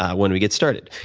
when we get started.